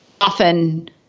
Often